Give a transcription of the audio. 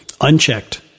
unchecked